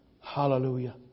Hallelujah